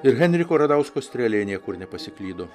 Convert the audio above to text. ir henriko radausko strėlė niekur nepasiklydo